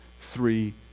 three